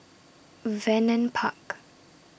Vernon Park